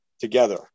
together